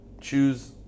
choose